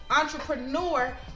entrepreneur